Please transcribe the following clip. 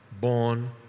born